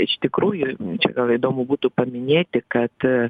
iš tikrųjų čia gal įdomu būtų paminėti kad